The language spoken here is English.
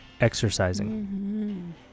Exercising